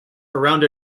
around